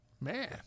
Man